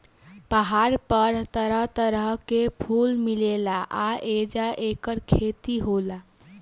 पहाड़ पर तरह तरह के फूल मिलेला आ ऐजा ऐकर खेतियो होला